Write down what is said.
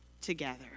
together